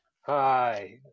hi